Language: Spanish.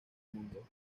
mundo